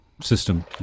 system